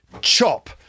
chop